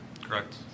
Correct